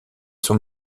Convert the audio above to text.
son